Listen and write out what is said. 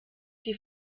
die